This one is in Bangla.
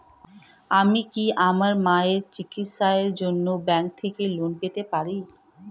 আমি কি আমার মায়ের চিকিত্সায়ের জন্য ব্যঙ্ক থেকে লোন পেতে পারি?